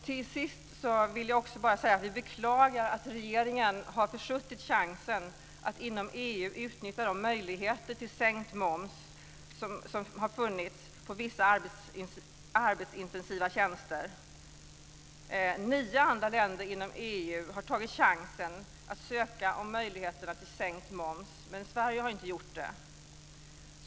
Till sist vill jag säga att vi beklagar att regeringen har försuttit chansen att inom EU utnyttja de möjligheter till sänkt moms på vissa arbetsintensiva tjänster som har funnits. Nio andra länder inom EU har tagit chansen att ansöka om sänkt moms, men Sverige har inte gjort det.